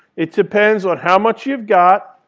it depends on how much you've got,